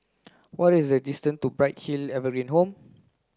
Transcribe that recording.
what is the distance to Bright Hill Evergreen Home